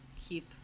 keep